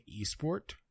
esport